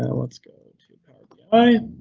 let's go to power bi,